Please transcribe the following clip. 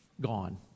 gone